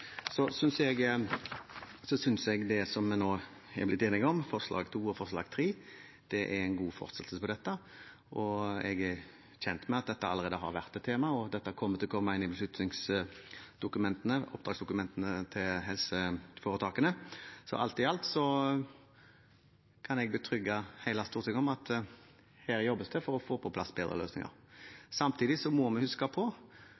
Så synes jeg det som vi nå har blitt enige om, forslagene til vedtak II og III, er en god fortsettelse på dette. Jeg er kjent med at dette allerede har vært et tema, og at dette kommer til å komme inn i oppdragsdokumentene til helseforetakene. Alt i alt kan jeg betrygge hele Stortinget med at her jobbes det for å få på plass bedre løsninger. Samtidig må vi huske på